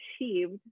achieved